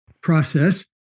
process